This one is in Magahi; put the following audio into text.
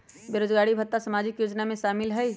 बेरोजगारी भत्ता सामाजिक योजना में शामिल ह ई?